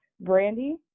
brandy